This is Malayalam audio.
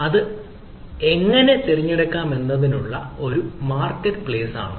അത് എങ്ങനെ തിരഞ്ഞെടുക്കാമെന്നതിനുള്ള ഒരു മാർക്കറ്റ്പ്ലെയ്സ് ആണ്